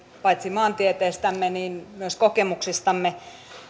paitsi maantieteestämme myös kokemuksistamme